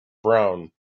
browne